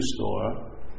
store